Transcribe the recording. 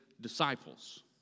disciples